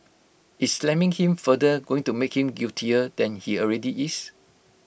is slamming him further going to make him guiltier than he already is